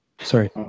sorry